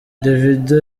davido